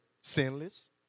sinless